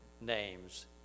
names